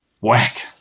Whack